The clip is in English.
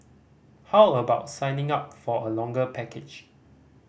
how about signing up for a longer package